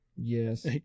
yes